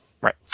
Right